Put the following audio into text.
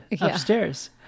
upstairs